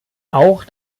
auch